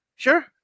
Sure